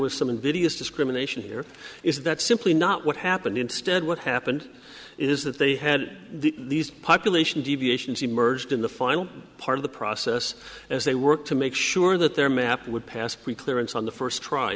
was some invidious discrimination here is that simply not what happened instead what happened is that they had these population deviations emerged in the final part of the process as they work to make sure that their map would pass pre clearance on the first try